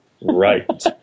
Right